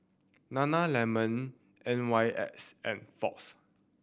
Nana Lemon N Y X and Fox